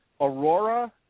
Aurora